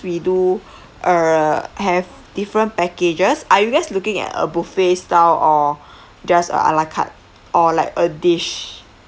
we do err have different packages are you guys looking at a buffet style or just a ala carte or like a dish